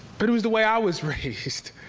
but it was the way i was raised.